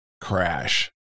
crash